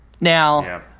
Now